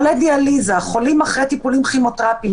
חולי דיאליזה, חולים אחרי טיפולים כימותרפיים.